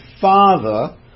Father